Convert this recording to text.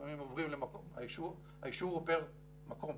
לפעמים עוברים, האישור הוא פר מקום,